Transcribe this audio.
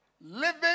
living